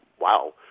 wow